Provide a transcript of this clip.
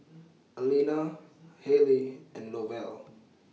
Alena Hale and Lovell